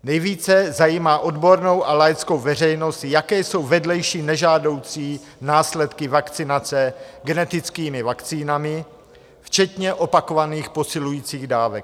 Nejvíce zajímá odbornou a laickou veřejnost, jaké jsou vedlejší nežádoucí následky vakcinace genetickými vakcínami včetně opakovaných posilujících dávek.